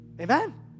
Amen